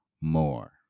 more